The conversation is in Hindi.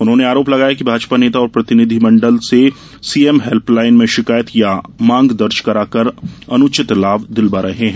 उन्होंने आरोप लगाया कि भाजपा नेता और प्रतिनिधि मतदाताओं से सीएम हेल्पलाइन में शिकायत या मांग दर्ज कराकर अनुचित लाभ दिलवा रहे हैं